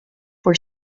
for